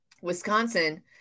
Wisconsin